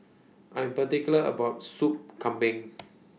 I Am particular about Sup Kambing